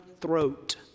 throat